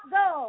go